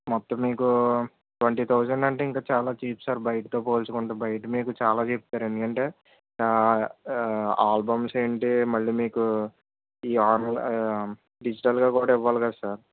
మొత్తం మీకు twenty thousand అంటే ఇంక చాలా చీప్ సార్ బయటతో పోల్చుకుంటే బయట మీకు చాలా చెప్తారు ఎందుకంటే ఆల్బమ్స్ ఏంటి మళ్ళీ మీకు ఈ ఆల్ డిజిటల్గా కూడా ఇవ్వాలి కదా సార్